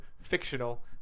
fictional